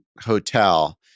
hotel